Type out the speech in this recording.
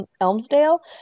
Elmsdale